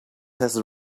has